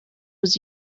was